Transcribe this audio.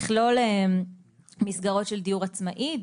לכלול מסגרות של דיור עצמאי,